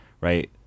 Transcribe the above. right